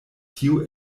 tio